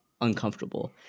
uncomfortable